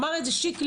אמר את זה שיקלי,